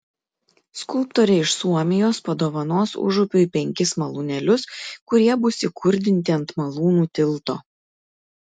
skulptorė iš suomijos padovanos užupiui penkis malūnėlius kurie bus įkurdinti ant malūnų tilto